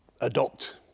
adopt